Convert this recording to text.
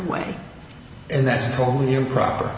way and that's totally improper